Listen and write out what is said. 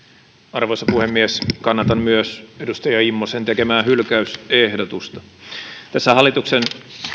arvoisa puhemies kannatan myös edustaja immosen tekemää hylkäysehdotusta tässä hallituksen